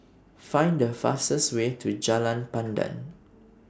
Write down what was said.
Find The fastest Way to Jalan Pandan